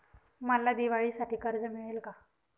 मला दिवाळीसाठी कर्ज मिळेल का?